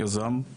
יזם,